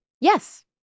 Yes